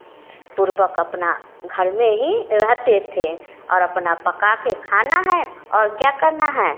पूर्वक अपना घर में ही रहते थे और अपना पकाके खाना है और क्या करना है